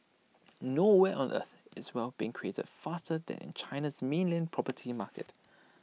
nowhere on earth is wealth being created faster than in China's mainland property market